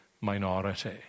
minority